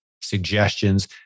suggestions